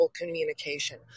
communication